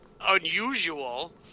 unusual